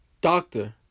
Doctor